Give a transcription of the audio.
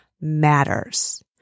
matters